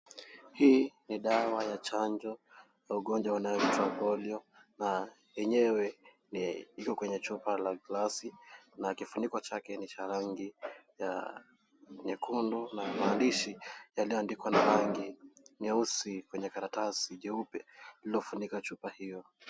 Hii ni dawa ya chanjo ya ugonjwa unaoitwa polio na yenyewe ni iko kwenye chupa la glasi na kifuniko chake ni cha rangi ya nyekundu. Na maandishi yaliyoandikwa na rangi nyeusi kwenye karatasi jeupe iliyofunikwa chupa hiyo.